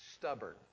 stubborn